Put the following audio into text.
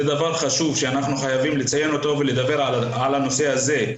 זה דבר חשוב שאנחנו חייבים לציין אותו ולדבר על הנושא הזה.